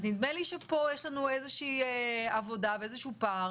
אז נדמה לי שיש לנו איזושהי עבודה ואיזשהו פער